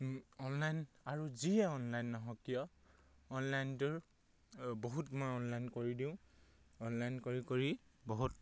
এই অনলাইন আৰু যিয়ে অনলাইন নহওক কিয় অনলাইনটোৰ বহুত মই অনলাইন কৰি দিওঁ অনলাইন কৰি কৰি বহুত